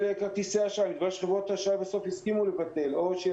כרטיסי אשראי או של צ'קים שהם משכו חזרה.